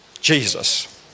Jesus